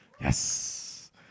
Yes